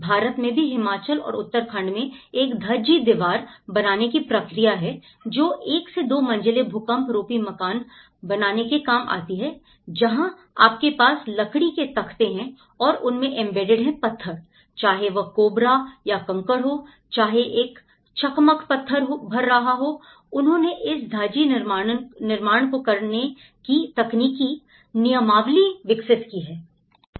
भारत में भी हिमाचल और उत्तराखंड में एक धाजी दीवार बनाने की प्रक्रिया है जो एक से दो मंजिलें भूकंप रोधी मकान बनाने के काम आती है जहां आपके पास लकड़ी के तख्ते हैं और उनमें एंबेडेड हैं पत्थर चाहे वह कोबरा या कंकड़ हो चाहे एक चकमक पत्थर भर रहा हो उन्होंने इस धज्जी निर्माण को करने की तकनीकी नियमावली विकसित की है